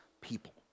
people